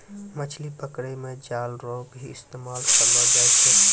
मछली पकड़ै मे जाल रो भी इस्तेमाल करलो जाय छै